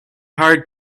hard